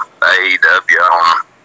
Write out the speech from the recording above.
AEW